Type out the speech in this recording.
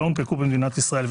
שלא הונפקו במדינת ישראל,